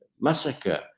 massacre